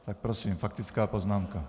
Tak prosím, faktická poznámka.